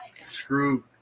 screw